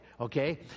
Okay